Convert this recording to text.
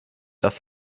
das